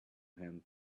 him